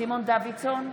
סימון דוידסון,